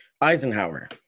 Eisenhower